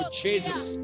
jesus